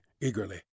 eagerly